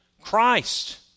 Christ